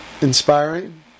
inspiring